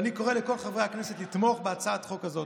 אני קורא לכל חברי הכנסת לתמוך בהצעת החוק הזאת.